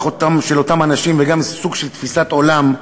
של אותם אנשים וגם על סוג של תפיסת עולם.